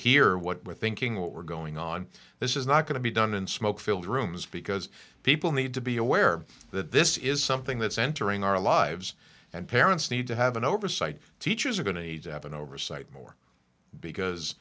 hear what we're thinking what we're going on this is not going to be done in smoke filled rooms because people need to be aware that this is something that's entering our lives and parents need to have an oversight teachers are going to need to have an oversight more because